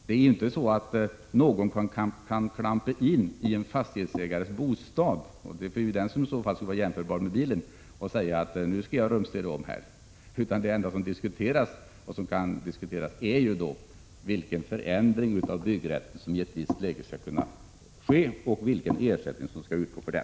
Det är inte så att någon kan klampa in i en fastighetsägares bostad — den skulle i så fall jämföras med bilen — och säga att han skall rumstera om där. Det enda som kan diskuteras är vilken förändring av byggrätten som i ett visst läge skall ske och vilken ersättning som skall utgå för den.